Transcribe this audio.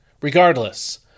Regardless